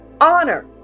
Honor